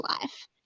life